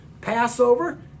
Passover